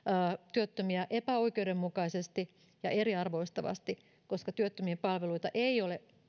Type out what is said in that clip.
työttömiä epäoikeudenmukaisesti ja eriarvoistavasti koska työttömien palveluita ei ole